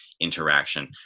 interaction